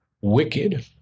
wicked